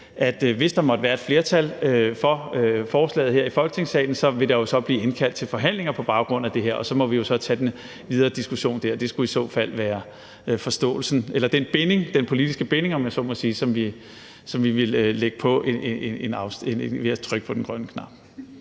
hvis der måtte være et flertal for forslaget her i Folketingssalen, vil der blive indkaldt til forhandlinger på baggrund af det, og så må vi jo så tage den videre diskussion der, så skulle det i så fald være forståelsen eller den politiske binding, om jeg så må sige, vi ville lægge på ved at trykke på den grønne knap.